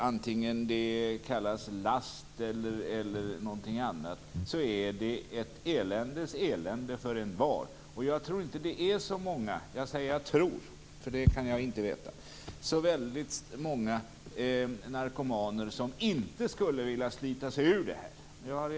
Antingen det kallas last eller någonting annat är det ett elände för envar. Jag tror inte att det är så många - jag säger att jag tror för jag kan inte veta det - narkomaner som inte skulle vilja slita sig ur detta.